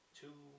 two